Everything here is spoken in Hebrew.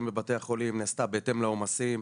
בבתי החולים נעשתה בהתאם לעומסים,